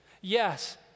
yes